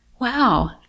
wow